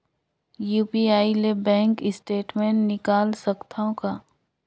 UPI ले bank statement निकाल सकत हवं का?